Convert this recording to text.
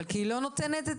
כולנו מבינים.